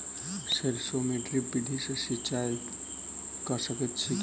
सैरसो मे ड्रिप विधि सँ सिंचाई कऽ सकैत छी की?